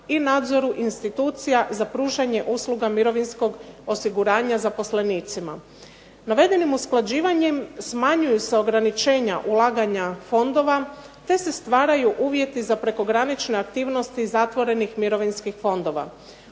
i nadzoru institucija za pružanje usluga mirovinskog osiguranja zaposlenicima. Navedenim usklađivanjem smanjuju se ograničenja ulaganja fondova, te se stvaraju uvjeti za prekogranične aktivnosti zatvorenih mirovinskih fondova.